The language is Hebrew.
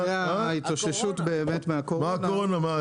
מה קורונה?